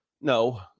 No